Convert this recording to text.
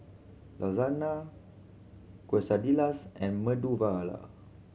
Lasagne Quesadillas and Medu Vada